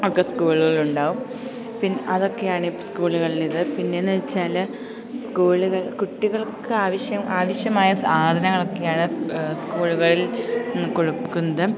ഒക്കെ സ്കൂളുകളിലുണ്ടാകും പിന്നെ അതൊക്കെയാണ് ഈ സ്കൂളുകളിലിത് പിന്നെന്തെന്ന് വെച്ചാല് സ്കൂളുകൾ കുട്ടികൾക്ക് ആവശ്യം ആവശ്യമായ സാധനങ്ങളൊക്കെയാണ് സ്കൂളുകളിൽ കൊടുക്കുന്നത്